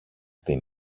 την